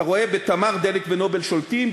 אתה רואה שב"תמר" "דלק" ו"נובל" שולטים,